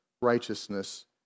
righteousness